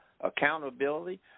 accountability